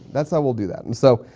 that's how we'll do that. and so,